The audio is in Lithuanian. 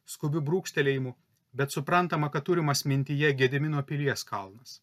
skubiu brūkštelėjimu bet suprantama kad turimas mintyje gedimino pilies kalnas